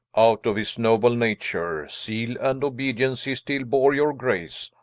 out of his noble nature, zeale and obedience he still bore your grace,